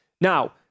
Now